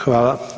Hvala.